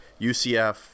UCF